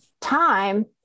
time